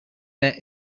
bet